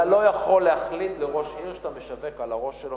אתה לא יכול להחליט לראש עיר שאתה משווק על הראש שלו,